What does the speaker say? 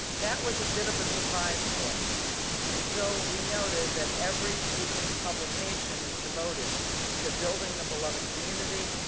that was a bit of a surprise to us until we noted that every beacon publication is devoted to building the beloved communities,